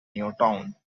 newtown